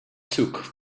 took